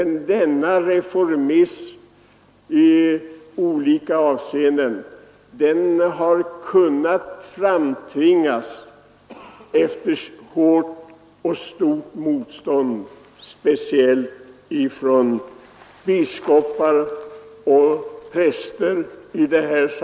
Denna reformism har i olika avseenden kunnat framtvingas efter hårt motstånd speciellt från biskopar och präster.